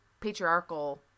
patriarchal